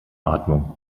atmung